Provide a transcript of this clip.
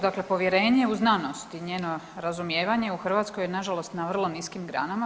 Dakle povjerenje u znanost i njeno razumijevanje u Hrvatskoj je na žalost na vrlo niskim granama.